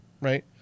Right